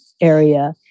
area